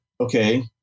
okay